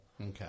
Okay